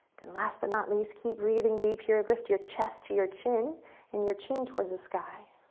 and last but not least, keep breathing deep here. lift your chest to your chin and your chin towards the sky.